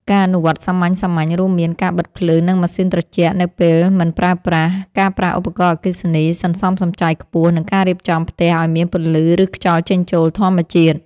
ការអនុវត្តសាមញ្ញៗរួមមាន ការបិទភ្លើងនិងម៉ាស៊ីនត្រជាក់នៅពេលមិនប្រើប្រាស់ ការប្រើឧបករណ៍អគ្គិសនីសន្សំសំចៃខ្ពស់ និងការរៀបចំផ្ទះឱ្យមានពន្លឺឬខ្យល់ចេញចូលធម្មជាតិ។